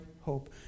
hope